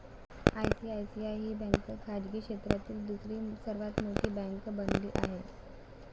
ICICI ही bank खाजगी क्षेत्रातील दुसरी सर्वात मोठी बँक बनली आहे